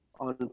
on